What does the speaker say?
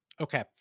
Okay